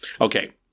Okay